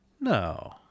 No